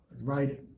right